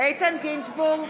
איתן גינזבורג,